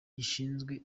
gishinzwe